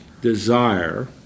desire